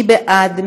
מי בעד?